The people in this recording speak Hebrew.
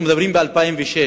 אנחנו מדברים על 2006,